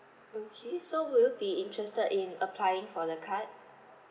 okay so would you be interested in applying for the card